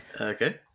Okay